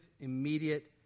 immediate